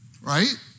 Right